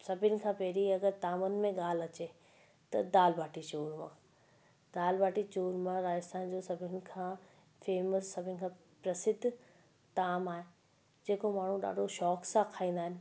सभिनि खां पहिरीं अगरि तावनि में ॻाल्हि अचे त दालि भाटी चूरमा दालि भाटी चूरमा राजस्थान जो सभिनि खां फेमस सभिनि खां प्रसिद्ध ताम आहे जेको माण्हू ॾाढो शौक़ सां खाईंदा आहिनि